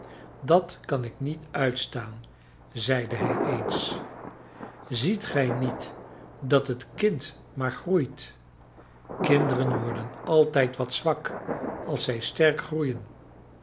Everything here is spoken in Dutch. dat kan ik niet uitstaan zeide hij eens ziet gij niet dat het kind maar groeit kinderen worden altijd wat zwak als zij sterk groeien